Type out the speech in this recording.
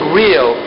real